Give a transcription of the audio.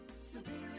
Superior